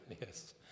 yes